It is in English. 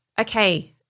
Okay